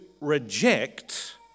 reject